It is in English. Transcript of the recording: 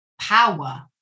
power